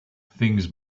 things